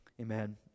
Amen